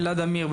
אלעד עמיר,